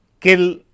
kill